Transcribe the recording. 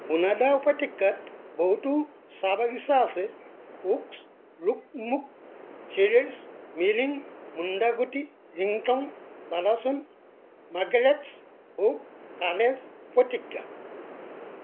সোনাডা উপত্যকাত বহুতো চাহ বাগিচা আছে ওকছ ৰুকমুক চেডাৰছ মিলিং মুণ্ডাকোটি ৰিংটং বালাছুন মাৰ্গাৰেটছ হোপ কালেজ উপত্যকা